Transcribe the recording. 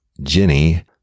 Jenny